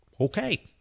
okay